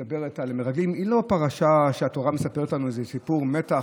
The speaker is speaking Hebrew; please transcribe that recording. היא לא פרשה שהתורה מספרת לנו איזה סיפור מתח,